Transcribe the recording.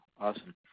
Awesome